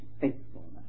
faithfulness